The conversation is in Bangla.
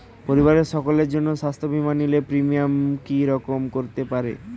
পরিবারের সকলের জন্য স্বাস্থ্য বীমা নিলে প্রিমিয়াম কি রকম করতে পারে?